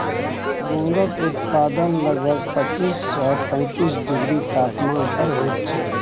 मूंगक उत्पादन लगभग पच्चीस सँ पैतीस डिग्री तापमान पर होइत छै